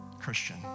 Christian